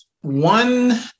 One